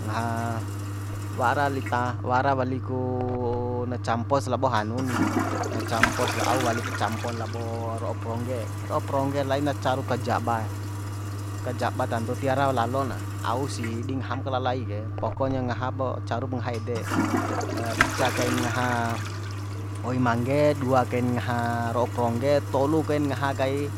Ngaha wara li ta wara wali ku na campos labo hanu ni na campos lao au walipa campon labo ro'o prongge ro'o prongge laina caru kajabae kajaba tantu tiara lalo na au sih di ngaham kalalai ke pokonya ngaha bo caru pu ngaha ede ica kain ngaha oi mangge dua kain ngaha ro'o prongge tolu kain ngaha kai